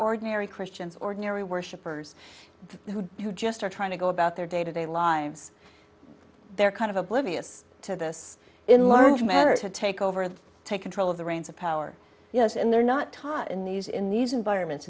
ordinary christians ordinary worshippers who who just are trying to go about their day to day lives they're kind of oblivious to this in large manner to take over the take control of the reins of power yes and they're not taught in these in these environments